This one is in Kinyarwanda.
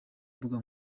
mbuga